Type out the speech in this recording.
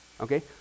Okay